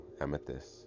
amethyst